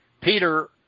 Peter